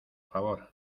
favor